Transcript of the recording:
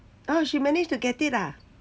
oh she managed to get it ah